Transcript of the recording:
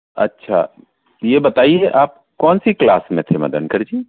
अच्छा ये बताइए आप कौन सी क्लास में थे मदनकर जी